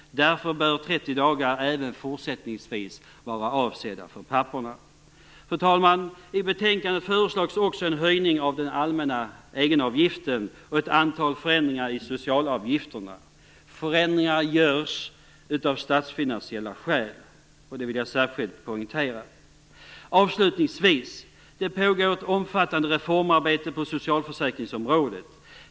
Därför bör 30 dagar även fortsättningsvis vara avsedda för papporna. Fru talman! I betänkandet föreslås också en höjning av den allmänna egenavgiften och ett antal förändringar i socialavgifterna. Förändringarna görs av statsfinansiella skäl. Jag vill särskilt poängtera det. Det pågår ett omfattande reformarbete på socialförsäkringsområdet.